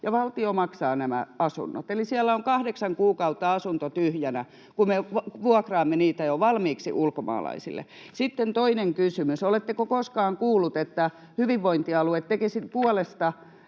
ja valtio maksaa nämä asunnot. Eli siellä on kahdeksan kuukautta asunto tyhjänä, kun me vuokraamme niitä ulkomaalaisille jo valmiiksi. Sitten toinen kysymys: oletteko koskaan kuulleet, että hyvinvointialue tekisi jonkun puolesta